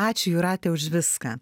ačiū jūrate už viską